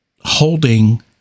holding